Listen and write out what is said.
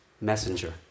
messenger